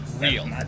real